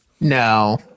No